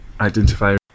Identify